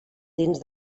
dins